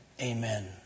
amen